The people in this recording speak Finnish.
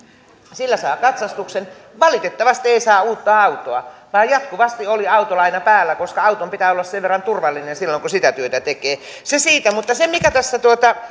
sillä saa katsastuksen valitettavasti ei saa uutta autoa vaan jatkuvasti oli autolaina päällä koska auton pitää olla sen verran turvallinen silloin kun sitä työtä tekee se siitä mutta se mikä